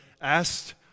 asked